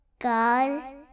God